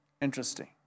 Interesting